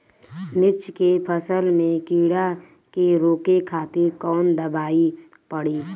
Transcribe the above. मिर्च के फसल में कीड़ा के रोके खातिर कौन दवाई पड़ी?